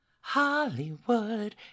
Hollywood